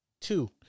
Two